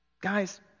Guys